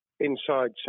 inside